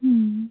হুম